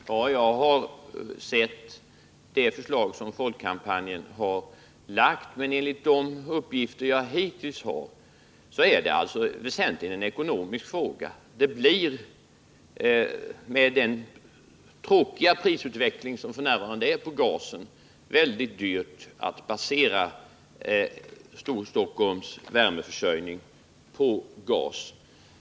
Herr talman! Jag har sett det förslag som Folkkampanjen har lagt fram, men enligt de uppgifter som jag hittills har fått är det väsentligen en ekonomisk fråga. Med den tråkiga prisutveckling som f. n. råder beträffande gas blir det väldigt dyrt att basera Storstockholms värmeförsörjning på gas.